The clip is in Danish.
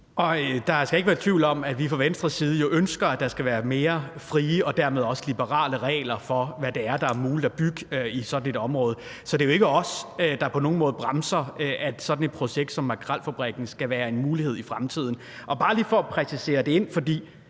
Der skal ikke være tvivl om, at vi fra Venstres side ønsker, at der skal være friere og dermed også mere liberale regler for, hvad der er muligt at bygge i sådan et område. Så det er jo ikke os, der på nogen måde bremser, at sådan et projekt som Makrelfabrikken skal være en mulighed i fremtiden. Jeg vil bare lige prøve at få det præciseret, for